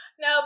No